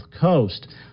coast